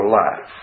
life